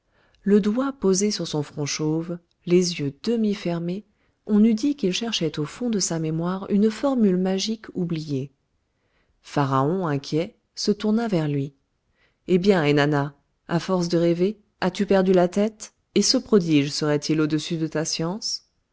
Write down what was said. le doigt posé sur son front chauve les yeux demi fermés on eût dit qu'il cherchait au fond de sa mémoire une formule magique oubliée pharaon inquiet se tourna vers lui eh bien ennana à force de rêver as-tu perdu la tête et ce prodige serait-il au-dessus de ta science